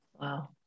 Wow